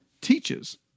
teaches